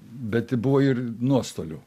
bet buvo ir nuostolių